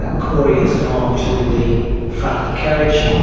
ah corey has gone to the front of the carriage,